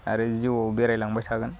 आरो जिउआव बेराय लांबाय थागोन